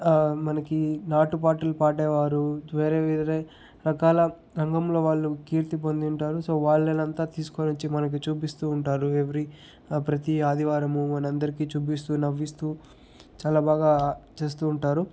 మనకి నాటు పాటలు పాడేవారు వేరే వేరే రకాల రంగంలో వాళ్ళు కీర్తి పొందింటారు సో వాళ్ళనంతా తీసుకొని వచ్చి మనకి చూపిస్తూ ఉంటారు ఎవ్రి ప్రతి ఆదివారము మనందరికీ చూపిస్తూ నవ్విస్తూ చాలా బాగా చేస్తూ ఉంటారు